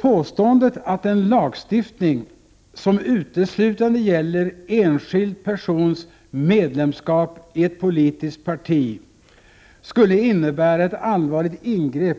Påståendet att en lagstiftning som uteslutande gäller enskild persons medlemskapi ett politiskt parti skulle innebära ett allvarligt ingrepp